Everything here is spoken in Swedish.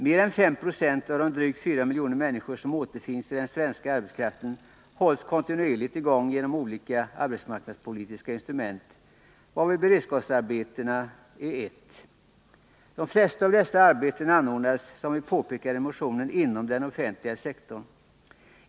Mer än 5 90 av de drygt 4 miljoner människor som återfinns i den svenska arbetskraften hålls kontinuerligt i gång genom olika arbetsmarknadspolitiska instrument, varav beredskapsarbetena är ett. De flesta av dessa arbeten anordnas, som vi påpekar i motionen, inom den offentliga sektorn.